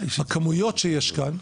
הכמויות שיש כאן,